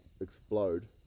explode